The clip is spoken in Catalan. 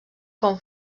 com